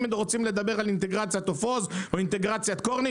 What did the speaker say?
אם הם רוצים לדבר על אינטגרציית "עוף עוז" או על אינטגרציית "קורני",